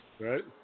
right